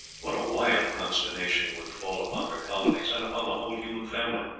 what a wild consternation would fall upon her colonies and upon the whole human family!